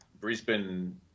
Brisbane